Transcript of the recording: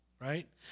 right